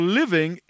living